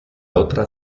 otra